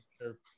sure